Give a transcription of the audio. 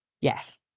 yes